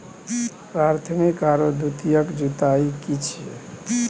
प्राथमिक आरो द्वितीयक जुताई की छिये?